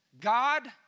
God